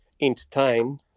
entertain